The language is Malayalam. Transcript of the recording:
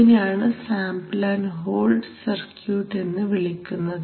ഇതിനെയാണ് സാമ്പിൾ ആൻഡ് ഹോൾഡ് സർക്യൂട്ട് എന്നു വിളിക്കുന്നത്